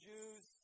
Jews